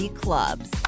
clubs